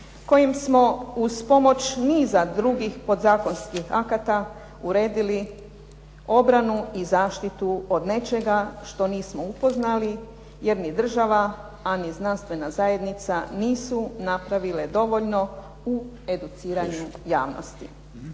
kojim smo uz pomoć niza drugih podzakonskih akata uredili obranu i zaštitu od nečega što nismo upoznali jer ni država, a ni znanstvena zajednica nisu napravile dovoljno u educiranju javnosti.